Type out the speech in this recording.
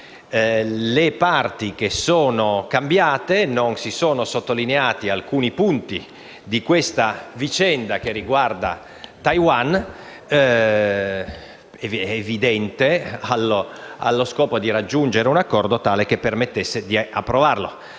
mozione che sono state cambiate, non si sono sottolineati alcuni punti di questa vicenda che riguarda Taiwan, allo scopo evidente di raggiungere un accordo tale che permettesse di approvare